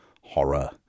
horror